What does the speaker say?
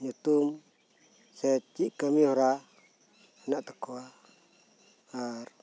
ᱧᱩᱛᱩᱢ ᱥᱮ ᱪᱮᱫ ᱠᱟᱢᱤ ᱦᱚᱨᱟ ᱦᱮᱱᱟᱜ ᱛᱟᱠᱚᱣᱟ ᱟᱨ